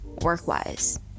work-wise